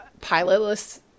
pilotless